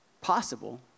possible